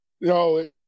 No